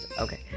okay